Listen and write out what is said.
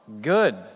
good